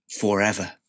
forever